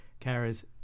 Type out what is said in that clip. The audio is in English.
carers